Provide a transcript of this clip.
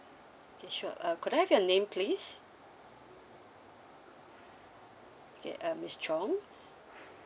okay sure uh could I have your name please okay miss chong